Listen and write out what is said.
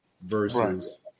versus